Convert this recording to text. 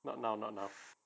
not now not now